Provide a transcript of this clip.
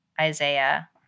Isaiah